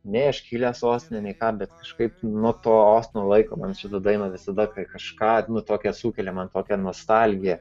nei aš kilęs ostine nei ką bet kažkaip nuo to ostinolaiko man šita daina visada kai kažką nu tokią sukelia man tokią nostalgiją